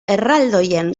erraldoien